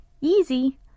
easy